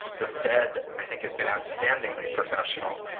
the fed i think has been outstandingly professional.